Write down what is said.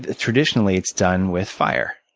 ah traditionally, it's done with fire.